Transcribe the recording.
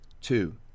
Two